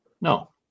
No